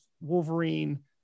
Wolverine